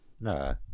No